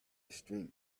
strength